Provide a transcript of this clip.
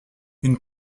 une